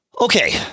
okay